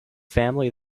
family